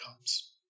comes